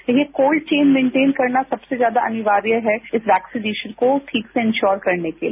तो ये cold chain maintain करना सवसे ज्यादा अनिवार्य है इस वेक्सीनेशन को ठीक से इनश्योर करने के लिए